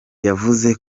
yavuze